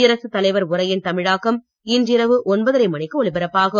குடியரசு தலைவர் உரையின் தமிழாக்கம் இன்று இரவு ஒன்பதரை மணிக்கு ஒலிபரப்பாகும்